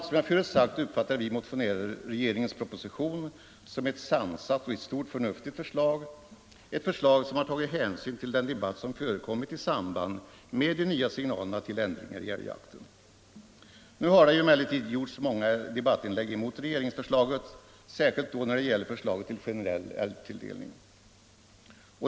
Som jag förut sagt uppfattar vi motionärer regeringens proposition som ett sansat och i stort förnuftigt förslag, ett förslag som har tagit hänsyn till den debatt som förekommit i samband med de nya signalerna till ändringar i älgjakten. Nu har det emellertid gjorts många debattinlägg emot regeringsförslaget, särskilt när det gäller förslaget till generell älgtilldelning.